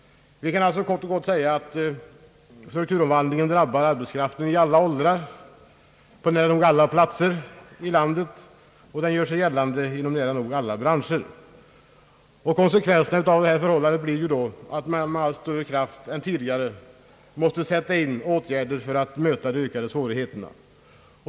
Vi kan alltså kort och gott konstatera att strukturomvandlingen drabbar arbetskraft i alla åldrar, på nära nog alla platser i landet och gör sig gällande inom nästan alla branscher. Konsekvenserna av dessa förhållanden blir då, att man med större kraft än tidigare måste sätta in åtgärder för att möta de ökade svårigheterna.